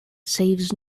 saves